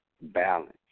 balance